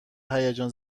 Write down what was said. هیجان